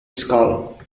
skull